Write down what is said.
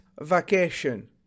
vacation